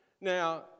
Now